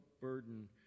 burden